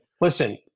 listen